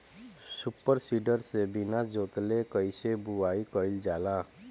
Super seeder से बीना जोतले कईसे बुआई कयिल जाला?